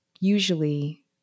usually